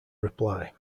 reply